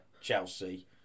Chelsea